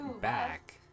back